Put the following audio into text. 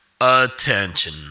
attention